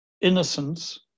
innocence